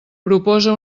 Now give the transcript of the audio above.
proposa